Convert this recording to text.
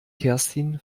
kerstin